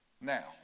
now